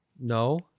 No